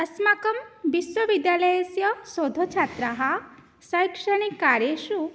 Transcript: अस्माकं विश्वविद्यालयस्य शोधच्छात्राः शैक्षणिककार्येषु